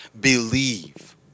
believe